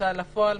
ההוצאה לפועל,